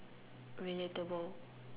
relatable